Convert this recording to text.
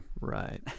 Right